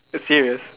serious